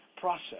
process